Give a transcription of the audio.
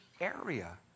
area